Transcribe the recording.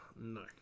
No